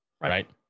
Right